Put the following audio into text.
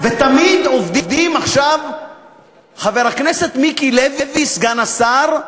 ותמיד עובדים, חבר הכנסת מיקי לוי, סגן השר,